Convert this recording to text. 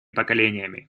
поколениями